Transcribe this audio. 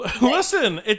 Listen